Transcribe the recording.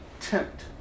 tempt